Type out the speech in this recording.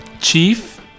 chief